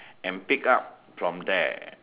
and pick up from there